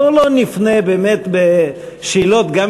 בואו לא נפנה בשאלות לחברי הכנסת,